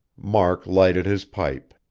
mark lighted his pipe,